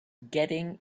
getting